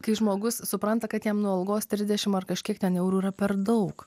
kai žmogus supranta kad jam nuo algos trisdešim ar kažkiek ten eurų yra per daug